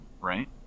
right